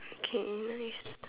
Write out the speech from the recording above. okay nice